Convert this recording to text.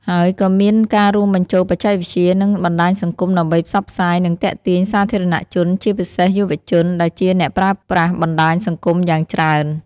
ហើយក៏មានការរួមបញ្ចូលបច្ចេកវិទ្យា និងបណ្តាញសង្គម ដើម្បីផ្សព្វផ្សាយ និងទាក់ទាញសាធារណជនជាពិសេសយុវជន ដែលជាអ្នកប្រើប្រាស់បណ្តាញសង្គមយ៉ាងច្រើន។